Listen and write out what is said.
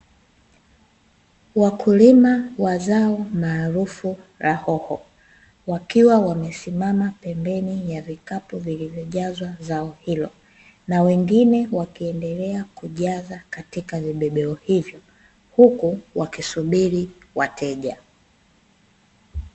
Wakulima wa zao maarufu la hoho, wakiwa wamesimama pembeni ya vikapu vilivyojazwa zao hilo, na wengine wakiendelea kujaza katika vibebeo hivyo, huku wakisubiri wateja.